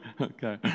Okay